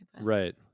right